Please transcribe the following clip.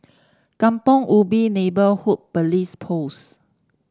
Kampong Ubi Neighbourhood Police Post